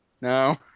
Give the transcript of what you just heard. No